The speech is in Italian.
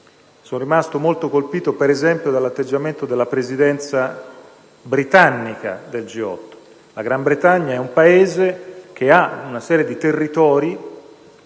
sono rimasto molto colpito dall'atteggiamento della Presidenza britannica del G8: la Gran Bretagna è legata ad una serie di territori